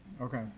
Okay